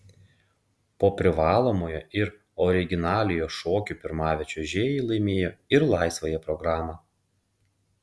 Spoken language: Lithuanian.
po privalomojo ir originaliojo šokių pirmavę čiuožėjai laimėjo ir laisvąją programą